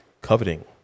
coveting